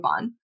on